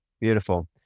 beautiful